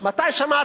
מתי שמעת,